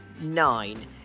Nine